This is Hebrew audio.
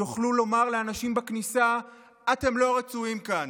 יוכלו לומר לאנשים בכניסה: אתם לא רצויים כאן.